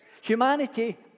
Humanity